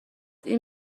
این